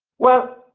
well,